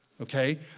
Okay